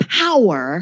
power